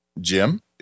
Jim